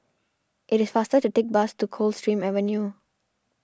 it is faster to take the bus to Coldstream Avenue